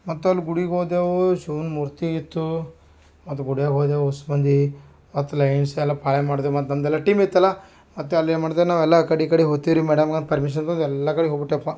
ಮತ್ತು ಅಲ್ಲಿ ಗುಡಿಗೆ ಹೋದೆವ್ ಶಿವನ ಮೂರ್ತಿ ಇತ್ತು ಅದು ಗುಡಿಯಾಗ್ ಹೋದೆವು ಓಸ್ಮಂದಿ ಮತ್ತು ಲೈನ್ಸೆ ಎಲ್ಲ ಪಾಳಿ ಮಾಡ್ದೇವು ಮತ್ತು ನಂದೆಲ್ಲ ಟೀಮ್ ಇತ್ತಲ್ಲಾ ಮತ್ತು ಅಲ್ಲಿ ಏನ್ಮಾಡ್ದೆವು ನಾವೆಲ್ಲ ಆ ಕಡೆ ಈ ಕಡೆ ಹೊಗ್ತಿವ್ರಿ ಮ್ಯಾಡಮ್ ಅಂತಂದು ಪರ್ಮಿಸನ್ ತೊಗೊಂಡ್ ಎಲ್ಲ ಕಡೆ ಹೋಗಿಬಿಟ್ಟೆಪ್ಪ